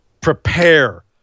prepare